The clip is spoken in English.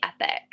epic